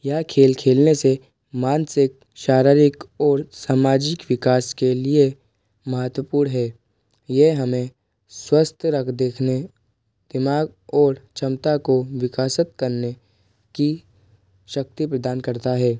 यह खेल खेलने से मानसिक शारीरिक और सामाजिक विकास के लिए महत्वपूर्ण है यह हमें स्वस्थ रख देखने दिमाग ओर क्षमता को विकसित करने की शक्ति प्रदान करता है